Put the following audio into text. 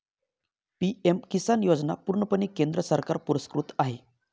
PM Kisan योजना पूर्णपणे केंद्र सरकार पुरस्कृत आहे